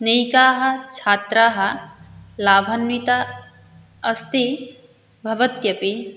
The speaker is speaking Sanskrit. नैके छात्राः लाभान्विता अस्ति भवत्यपि